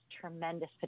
tremendous